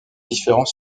différents